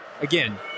again